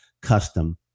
Custom